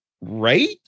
right